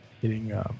hitting